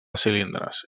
cilindres